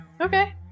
Okay